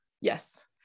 Yes